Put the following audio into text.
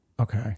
Okay